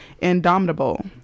indomitable